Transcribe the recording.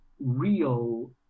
real